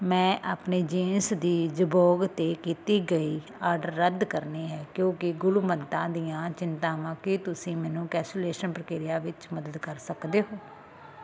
ਮੈਂ ਆਪਣੀ ਜੀਨਸ ਦੀ ਜਬੋਂਗ 'ਤੇ ਕੀਤੀ ਗਈ ਆਰਡਰ ਰੱਦ ਕਰਨੀ ਹੈ ਕਿਉਂਕਿ ਗੁਣਵੱਤਾ ਦੀਆਂ ਚਿੰਤਾਵਾਂ ਕੀ ਤੁਸੀਂ ਮੈਨੂੰ ਕੈਂਸਲੇਸ਼ਨ ਪ੍ਰਕਿਰਿਆ ਵਿੱਚ ਮਦਦ ਕਰ ਸਕਦੇ ਹੋ